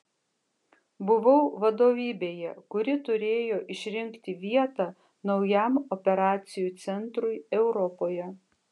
buvau vadovybėje kuri turėjo išrinkti vietą naujam operacijų centrui europoje